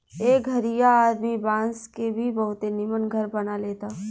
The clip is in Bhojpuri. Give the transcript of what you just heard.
एह घरीया आदमी बांस के भी बहुते निमन घर बना लेता